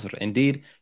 Indeed